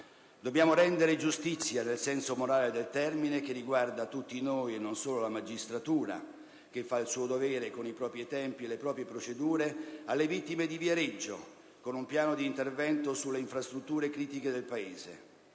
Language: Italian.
Dobbiamo rendere giustizia, nel senso morale del termine, che riguarda tutti noi e non solo la magistratura (che fa il suo dovere con i propri tempi e le proprie procedure) alle vittime di Viareggio con un piano di intervento sulle infrastrutture critiche del Paese